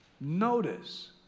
Notice